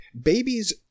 babies